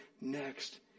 next